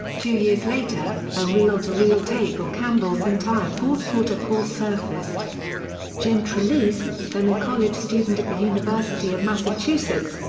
two years later, a reel-to-reel tape of campbell's entire fourth quarter call surfaced jim trelease, then a college student at the university of massachusetts,